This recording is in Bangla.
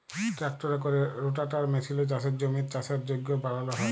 ট্রাক্টরে ক্যরে রোটাটার মেসিলে চাষের জমির চাষের যগ্য বালাল হ্যয়